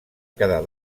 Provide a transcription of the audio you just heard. quedar